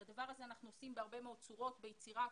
את הדבר הזה אנחנו עושים בהרבה מאוד צורות, ביצירת